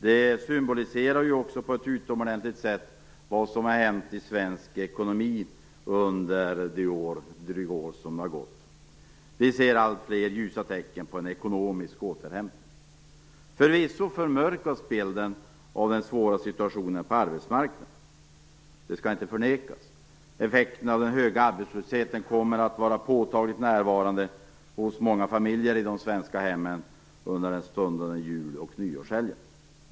Det symboliserar också på ett utomordentligt sätt vad som hänt i svensk ekonomi under det dryga år som gått. Vi ser alltfler ljusa tecken på en ekonomisk återhämtning. Förvisso förmörkas bilden av den svåra situationen på arbetsmarknaden. Det skall inte förnekas. Effekten av den höga arbetslösheten kommer att vara påtagligt närvarande hos många familjer i de svenska hemmen under den stundande jul och nyårshelgen.